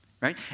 right